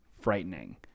frightening